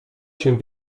się